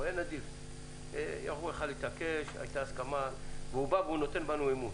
הוא נותן בנו אמון